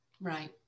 Right